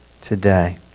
today